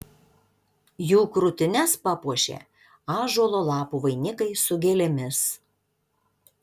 jų krūtines papuošė ąžuolo lapų vainikai su gėlėmis